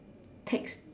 tax